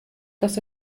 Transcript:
dass